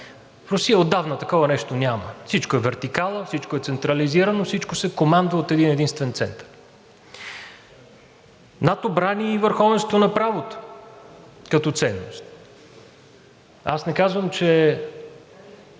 В Русия отдавна такова нещо няма. Всичко е вертикално, всичко е централизирано, всичко се командва от един-единствен център. НАТО брани и върховенството на правото като ценност. Аз не казвам, че